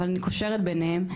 אבל אני קושרת ביניהם,